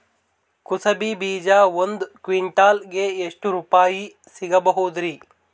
ಕುಸಬಿ ಬೀಜ ಒಂದ್ ಕ್ವಿಂಟಾಲ್ ಗೆ ಎಷ್ಟುರುಪಾಯಿ ಸಿಗಬಹುದುರೀ?